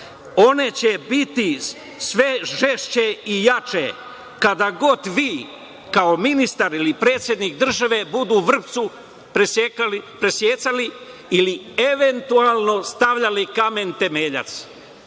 one će biti sve žešće i jače kada god vi kao ministar ili predsednik države bude vrpcu presecao ili eventualno stavljao kamen temeljac.